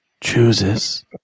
chooses